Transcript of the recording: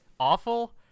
awful